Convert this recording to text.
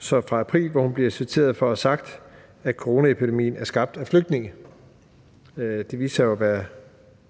fra april, hvor hun blev citeret for at have sagt, at coronaepidemien var skabt af flygtninge. Det viste sig jo at være